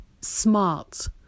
smart